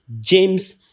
James